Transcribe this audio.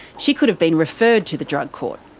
she could have been referred to the drug court.